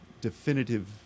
definitive